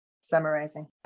summarizing